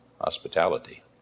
hospitality